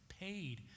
paid